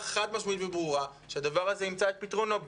חד משמעית וברורה שהדבר הזה ימצא את פתרונו,